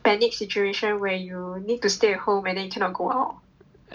panic situation where you need to stay at home and then you cannot go out